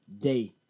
day